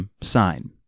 sign